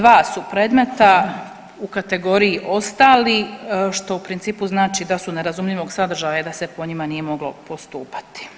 Dva su predmeta u kategoriji ostali što u principu znači da su nerazumljivog sadržaja i da se po njima nije moglo postupati.